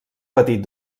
patit